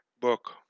book